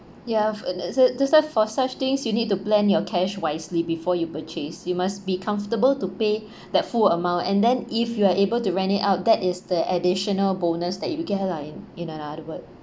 ya that's why that's why for such things you need to plan your cash wisely before you purchase you must be comfortable to pay that full amount and then if you are able to rent it out that is the additional bonus that you get ah lah in in other word